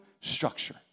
structure